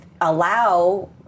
allow